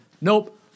Nope